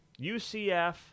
UCF